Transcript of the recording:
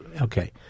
Okay